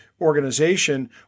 organization